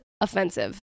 offensive